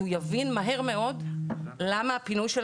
כי הוא יבין מהר מאוד למה הפינוי של